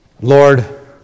Lord